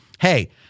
hey